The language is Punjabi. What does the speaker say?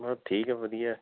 ਬਸ ਠੀਕ ਆ ਵਧੀਆ